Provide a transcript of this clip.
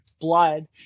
blood